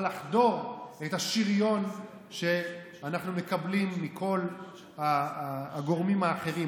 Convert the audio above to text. לחדור את השריון שאנחנו מקבלים מכל הגורמים האחרים,